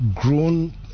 grown